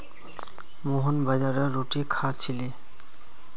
मोहन बाजरार रोटी खा छिले